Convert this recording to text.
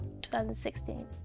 2016